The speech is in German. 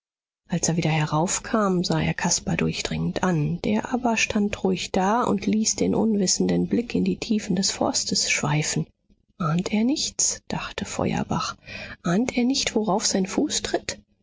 als er wieder heraufkam sah er caspar durchdringend an der aber stand ruhig da und ließ den unwissenden blick in die tiefen des forstes schweifen ahnt er nichts dachte feuerbach ahnt er nicht worauf sein fuß tritt